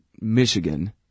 Michigan